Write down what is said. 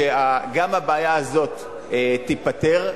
שגם הבעיה הזאת תיפתר,